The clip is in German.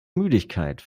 müdigkeit